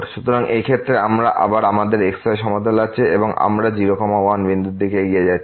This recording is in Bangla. সুতরাং এই ক্ষেত্রে আমাদের আবার এই xy সমতল আছে এবং আমরা 0 1 বিন্দুর দিকে এগিয়ে যাচ্ছি